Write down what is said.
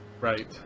Right